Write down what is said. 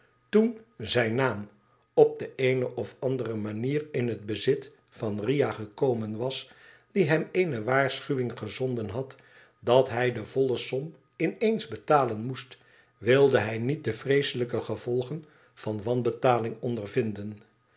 toen zijn naam op de eene of andere manier in het bezit van riah gekomen was die hem eene waarschuwing gezonden had dat hij de volle som in eens betalen moest wilde hij niet de vreeselijke gevolgen van wanbetaling ondervinden